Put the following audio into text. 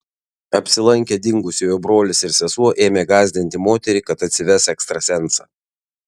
apsilankę dingusiojo brolis ir sesuo ėmė gąsdinti moterį kad atsives ekstrasensą